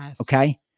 Okay